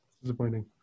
Disappointing